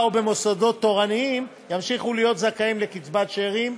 או במוסדות תורניים ימשיכו להיות זכאים לקצבת שאירים.